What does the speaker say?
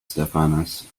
stephanus